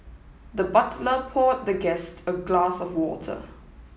the butler poured the guest a glass of water